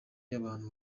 y’abantu